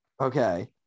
Okay